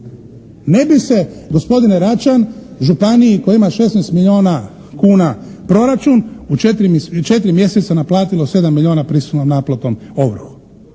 Ne bi se gospodine Račan županiji koja ima 16 milijuna kuna proračun u četiri mjeseca naplatilo 7 milijuna prisilnom naplatom, ovrhom,